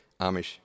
Amish